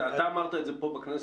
אתה אמרת את זה בכנסת.